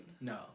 No